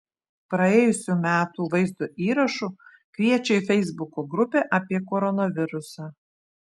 praėjusių metų vaizdo įrašu kviečia į feisbuko grupę apie koronavirusą